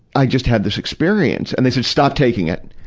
i just had this experience. and they said, stop taking it.